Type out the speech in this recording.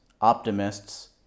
Optimists